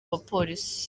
bapolisi